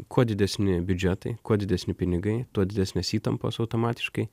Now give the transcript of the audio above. kuo didesni biudžetai kuo didesni pinigai tuo didesnės įtampos automatiškai